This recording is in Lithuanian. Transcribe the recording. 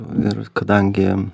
ir kadangi